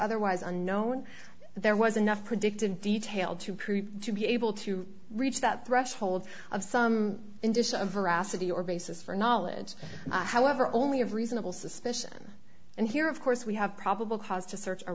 otherwise unknown there was enough predict in detail to prove to be able to reach that threshold of some interest of veracity or basis for knowledge however only of reasonable suspicion and here of course we have probable cause to search a